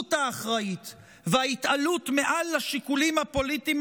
המנהיגות האחראית וההתעלות מעל לשיקולים הפוליטיים